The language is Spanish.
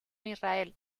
israel